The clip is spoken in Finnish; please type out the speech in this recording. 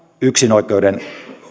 yksinoikeuden